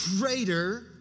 greater